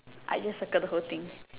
I just circle the whole thing